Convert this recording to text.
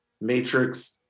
Matrix